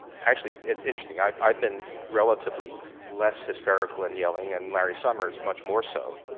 actually it's interesting, i've i've been relatively less hysterical and yelling, and larry summers much more so.